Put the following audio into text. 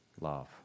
Love